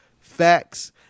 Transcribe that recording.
facts